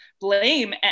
blame